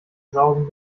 saugen